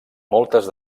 moltes